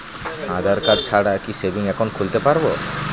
আধারকার্ড ছাড়া কি savings account খুলতে পারব?